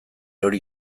hori